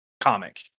comic